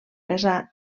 casar